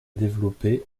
développé